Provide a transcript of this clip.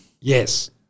Yes